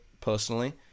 personally